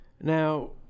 Now